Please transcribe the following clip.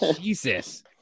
Jesus